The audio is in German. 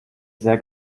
sehr